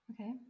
Okay